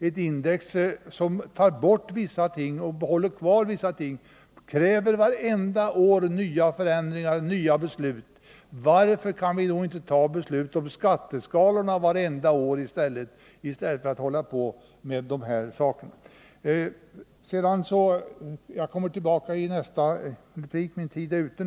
Ett index som undantar vissa ting och som omfattar andra ting kräver varje år nya förändringar och nya beslut. Varför kan vi då inte fatta beslut om skatteskalorna varje år i stället för att ha det som nu? Jag ser att jag har tagit min tid i anspråk och därför får jag komma tillbaka till det här i nästa replik.